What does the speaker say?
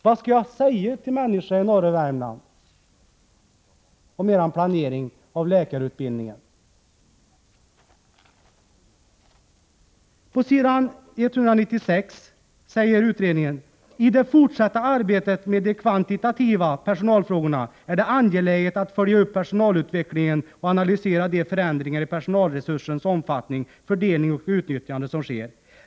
Vad skall jag säga till människor i norra Värmland om er planering av läkarutbildningen? På s. 196 i utredningen står det: ”I det fortsatta arbetet med de kvantitativa personalfrågorna är det angeläget att följa upp personalutvecklingen och analysera de förändringar i personalresursernas omfattning, fördelning och utnyttjande som sker.